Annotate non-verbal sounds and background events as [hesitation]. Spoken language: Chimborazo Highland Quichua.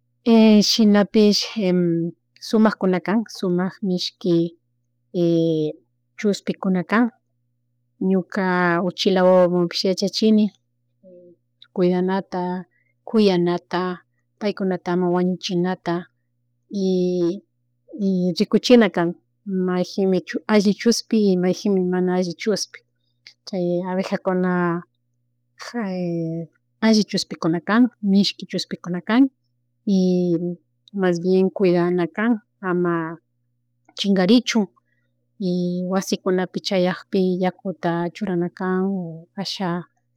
[hesitation] shinapish [hesitation] sumak kuna kan, sumak mishki [hesitation] chushpikuna kan, ñuka uchila wawamampish yachachini kuidanata, kuyanata paykunata ama wañuchinata y [noise] rikuchinakan mayjinmi [noise] alli shushpi y mayjinmi mana alli chushpi, chay abejakuna [hesitation] alli chushpikuna kan, mishki chushpikuna kan y [hesitation] mas bien kuydana kan ama chingarichun y wasikunapi chayakpi yakuta churanakan o asha